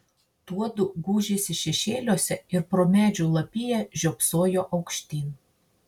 tuodu gūžėsi šešėliuose ir pro medžių lapiją žiopsojo aukštyn